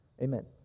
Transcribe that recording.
Amen